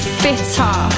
fitter